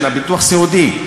של הביטוח הסיעודי.